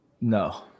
No